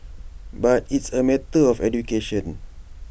but it's A matter of education